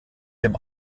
dem